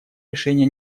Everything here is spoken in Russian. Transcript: решения